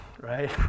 right